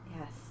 yes